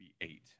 eight